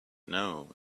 known